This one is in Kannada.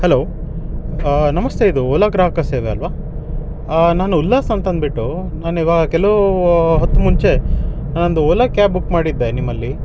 ಹಲೋ ನಮಸ್ತೆ ಇದು ಓಲಾ ಗ್ರಾಹಕ ಸೇವೆ ಅಲ್ಲವಾ ನಾನು ಉಲ್ಲಾಸ್ ಅಂತಂದುಬಿಟ್ಟು ನಾನಿವಾಗ ಕೆಲವು ಹೊತ್ತು ಮುಂಚೆ ಒಂದುಉ ಓಲಾ ಕ್ಯಾಬ್ ಬುಕ್ ಮಾಡಿದ್ದೆ ನಿಮ್ಮಲ್ಲಿ